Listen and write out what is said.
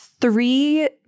three